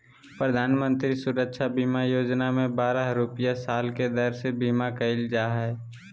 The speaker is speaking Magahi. प्रधानमंत्री सुरक्षा बीमा योजना में बारह रुपया साल के दर से बीमा कईल जा हइ